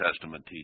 Testament